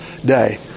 Day